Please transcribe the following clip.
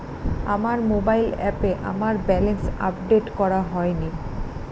আমার মোবাইল অ্যাপে আমার ব্যালেন্স আপডেট করা হয়নি